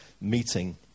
meeting